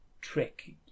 trick